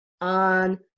on